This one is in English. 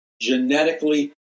genetically